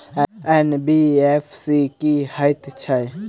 NBFC की हएत छै?